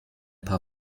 paar